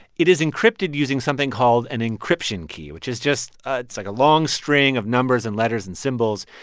it is encrypted using something called an encryption key, which is just ah it's like a long string of numbers and letters and symbols.